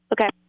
okay